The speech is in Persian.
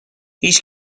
هیچ